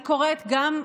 אני קוראת גם,